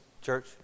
church